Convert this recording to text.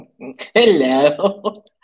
Hello